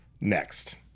next